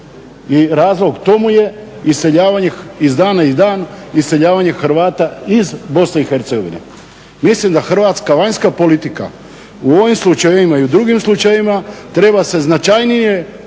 dana u dan iseljavanje Hrvata iz BiH. Mislim da hrvatska vanjska politika u ovim slučajevima i u drugim slučajevima treba se značajnije uključiti